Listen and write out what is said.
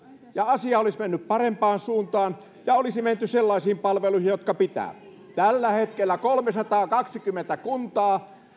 ja asia olisi mennyt parempaan suuntaan ja olisi menty sellaisiin palveluihin jotka pitävät tällä hetkellä kolmesataakaksikymmentä kuntaa